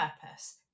purpose